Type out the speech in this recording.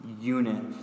unit